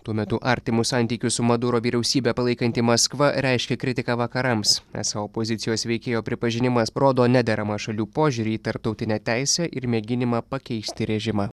tuo metu artimus santykius su maduro vyriausybe palaikanti maskva reiškė kritiką vakarams esą opozicijos veikėjo pripažinimas rodo nederamą šalių požiūrį į tarptautinę teisę ir mėginimą pakeisti režimą